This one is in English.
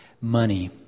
money